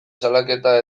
salaketa